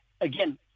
Again